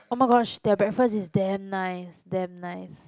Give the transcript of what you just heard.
oh-my-gosh their breakfast is damn nice damn nice